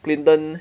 clinton